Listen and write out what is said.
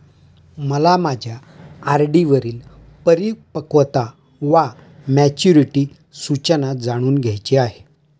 मला माझ्या आर.डी वरील परिपक्वता वा मॅच्युरिटी सूचना जाणून घ्यायची आहे